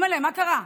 אימא'לה, מה קרה?